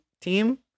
team